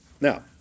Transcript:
Now